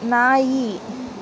ನಾಯಿ